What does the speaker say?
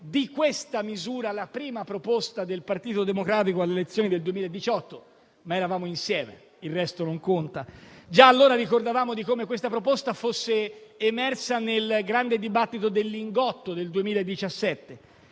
di questa misura la prima proposta del Partito Democratico alle elezioni del 2018: eravamo insieme e il resto non conta. Già allora ricordavamo come questa proposta fosse emersa nel grande dibattito del Lingotto del 2017,